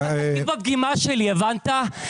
אתה תכיר בפגימה שלי, הבנת?